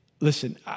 listen